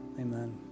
amen